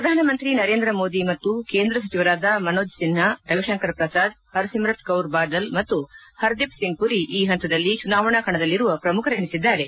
ಪ್ರಧಾನಮಂತ್ರಿ ನರೇಂದ್ರ ಮೋದಿ ಮತ್ತು ಕೇಂದ್ರ ಸಚಿವರಾದ ಮನೋಜ್ ಸಿನ್ಹಾ ರವಿತಂಕರ್ ಪ್ರಸಾದ್ ಪರ್ ಸಿವುತ್ ಕೌರ್ ಬಾದಲ್ ಮತ್ತು ಪರ್ದೀಪ್ ಸಿಂಗ್ ಪುರಿ ಈ ಪಂತದಲ್ಲಿ ಚುನಾವಣಾ ಕಣದಲ್ಲಿರುವ ಪ್ರಮುಖರೆನಿಸಿದ್ದಾರೆ